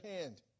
hand